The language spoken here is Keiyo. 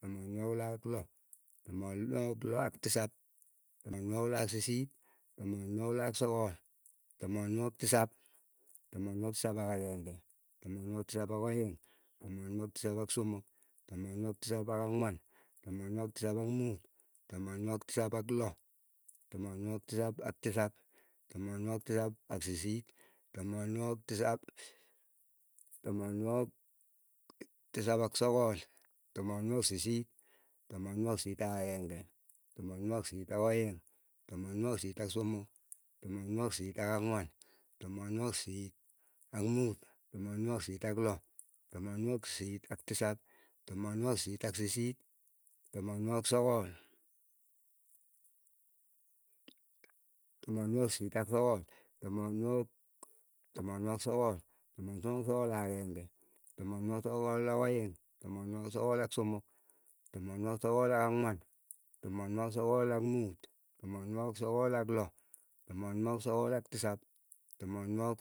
Tamanwagik loo ak loo, tamanwagik loo ak tisap, tamanwagik loo ak sisit, tamanwagik loo ak sogol, tamanwagik tisap, tamanwagik tisap ak ageng'e, tamanwagik tisap ak aeng, tamanwagik tisap ak somok, tamanwagik tisap ak angwan, tamanwagik tisap ak muut, tamanwagik tisap ak loo, tamanwagik tisap ak tisap, tamanwagik tisap ak sisit, tamanwagik tisap, tamanwagik sisit tamanwagik sisit ak ageng'e, tamanwagik sisit ak aeng, tamanwagik sisit ak somok, tamanwagik sisit ak angwan, tamanwagik sisit ak muut, tamanwagik sisit ak loo, tamanwagik sisit ak tisap tamanwagik sisit ak sisit, tamanwagik sogol, tamanwagik sisit ak sogol, tamanwagik sogol. tamanwagik sogol ak ageng'e, tamanwagik sogol ak aeng, tamanwagik sogol ak somok, tamanwagik sogol ak angwan, tamanwagik sogol ak muut, tamanwagik sokol ak loo, tamanwagik sogol ak tisap, tamanwagik